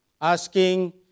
asking